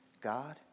God